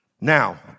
Now